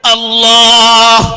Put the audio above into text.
Allah